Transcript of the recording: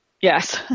Yes